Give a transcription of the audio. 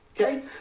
Okay